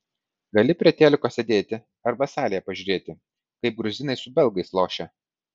gali prie teliko sėdėti arba salėje pažiūrėti kaip gruzinai su belgais lošia